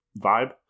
vibe